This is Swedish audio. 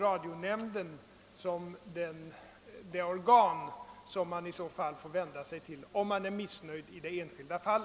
Radionämnden är ju det organ man får vända sig till, om man är missnöjd 1 ett enskilt fall.